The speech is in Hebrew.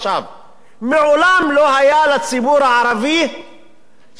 מעולם לא היה לציבור הערבי שידור ציבורי.